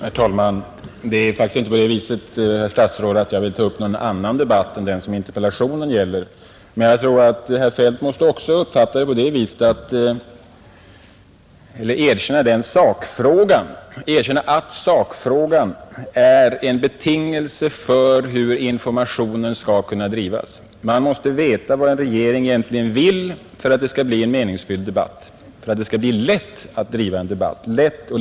Herr talman! Jag vill faktiskt inte, herr statsråd, ta upp en annan debatt än den interpellationen gäller. Men herr Feldt måste väl också erkänna att sakfrågan är en betingelse för hur informationen skall kunna drivas. Man måste veta vad en regering egentligen vill för att det skall bli lätt att föra en meningsfylld debatt.